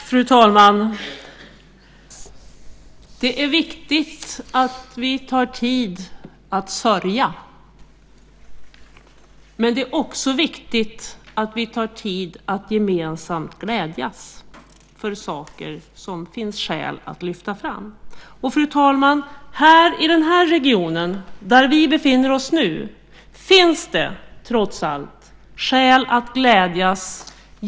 Fru talman! Det är viktigt med tid för att sörja. Men det är också viktigt med tid för att gemensamt glädjas över saker som det finns skäl att lyfta fram. Fru talman! I den region där vi nu befinner oss finns det trots allt skäl att glädjas.